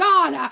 God